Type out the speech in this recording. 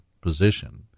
position